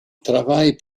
travaille